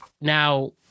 now